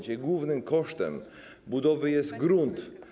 Dzisiaj głównym kosztem budowy jest grunt.